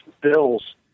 bills